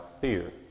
fear